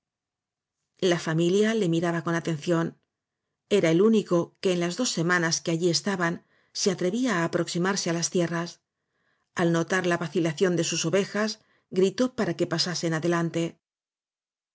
la familia le miraba con atención era el único que en las dos semanas que allí estaban se atrevía á aproximarse á las tierras al notar la vacilación de sus ovejas gritó para que pa sasen adelante